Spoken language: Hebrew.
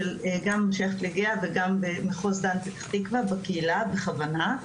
שגם שייכת לגהה וגם מחוז דן פתח תקווה בקהילה בכוונה,